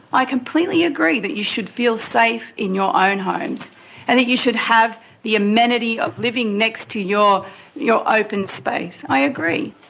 i completely agree that you should feel safe in your own homes and that you should have the amenity of living next to your your open space. i agree.